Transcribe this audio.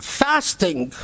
fasting